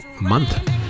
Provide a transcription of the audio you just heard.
Month